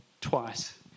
twice